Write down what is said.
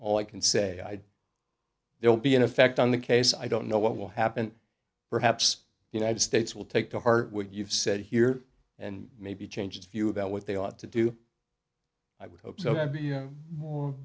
all i can say there will be an effect on the case i don't know what will happen perhaps the united states will take to heart what you've said here and maybe change the view about what they ought to do i would hope so that